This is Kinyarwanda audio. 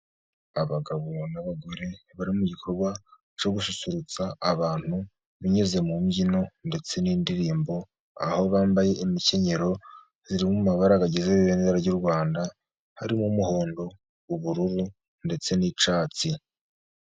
Abagabo n' abagore bari mu gikorwa cyo gususurutsa abantu, binyuze mu mbyino ndetse n' indirimbo aho bambaye imikenyero zirimo amabara abagize ibendera ry' u Rwanda harimo umuhondo, ubururu ndetse n' icyatsi.